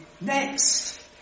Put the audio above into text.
next